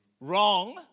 wrong